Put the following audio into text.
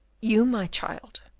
you, my child,